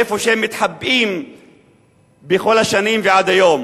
איפה שהם מתחבאים בכל השנים ועד היום.